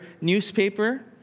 newspaper